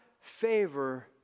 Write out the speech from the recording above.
favor